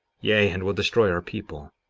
yea, and will destroy our people.